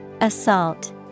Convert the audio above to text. Assault